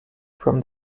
from